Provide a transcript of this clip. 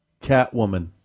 Catwoman